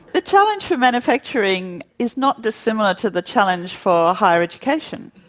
the challenge for manufacturing is not dissimilar to the challenge for higher education.